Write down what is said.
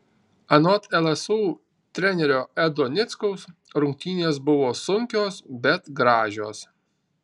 anot lsu trenerio edo nickaus rungtynės buvo sunkios bet gražios